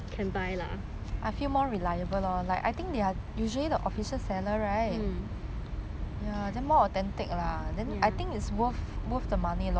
mm if it is cheaper by a bit lah